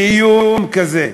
באיום כזה.